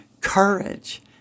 courage